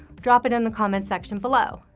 drop it in the comments section below.